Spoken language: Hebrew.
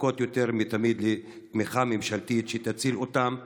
זקוקות יותר מתמיד לתמיכה ממשלתית שתציל אותן מקריסה.